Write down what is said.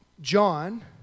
John